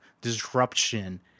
disruption